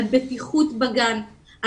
בטיחות בגן,